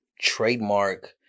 trademark